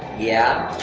yeah.